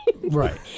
Right